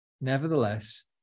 Nevertheless